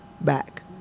back